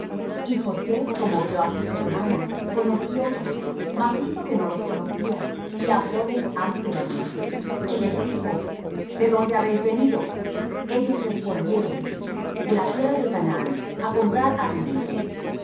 y josé como vió á sus hermanos conociólos mas hizo que no los conocía y hablóles ásperamente y les dijo de dónde habéis venido ellos respondieron de la tierra de canaán á comprar alimentos